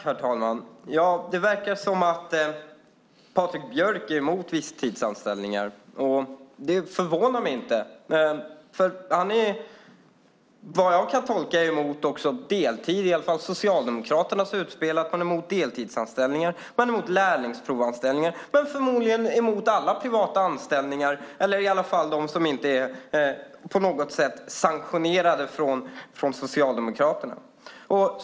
Herr talman! Det verkar som att Patrik Björck är emot visstidsanställningar. Det förvånar mig inte eftersom han, såvitt jag kan tolka det, också är emot deltidsanställningar enligt Socialdemokraternas utspel. Man är också emot lärlingsprovanställningar. Man är förmodligen emot alla privata anställningar, eller i alla fall dem som inte på något sätt är sanktionerade från Socialdemokraterna.